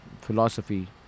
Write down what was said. philosophy